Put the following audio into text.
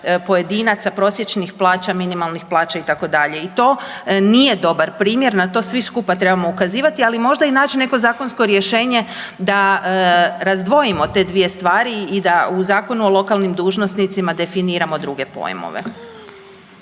pojedinaca, prosječnih plaća, minimalnih plana itd. i to nije dobar primjer, na to svi skupa trebamo ukazivati, ali možda i naći neko zakonsko rješenje da razdvojimo te dvije stvari i da u Zakonu o lokalnim dužnosnicima definiramo druge pojmove.